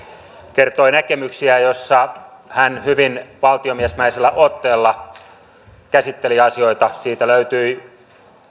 kertoi näkemyksiään joissa hän hyvin valtiomiesmäisellä otteella käsitteli asioita siitä löytyi